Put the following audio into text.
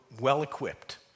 well-equipped